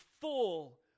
full